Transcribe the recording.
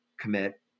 commit